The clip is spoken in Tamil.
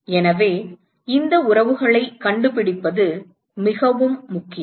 எனவே இந்த உறவுகளை கண்டுபிடிப்பது மிகவும் முக்கியம்